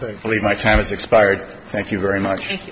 thankfully my time has expired thank you very much